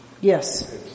Yes